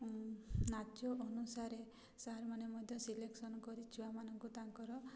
ନାଚ ଅନୁସାରେ ସାର୍ମାନେ ମଧ୍ୟ ସିଲେକ୍ସନ୍ କରି ଛୁଆମାନଙ୍କୁ ତାଙ୍କର